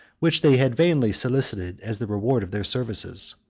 which they had vainly solicited as the reward of their services.